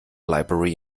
library